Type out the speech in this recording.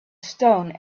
stone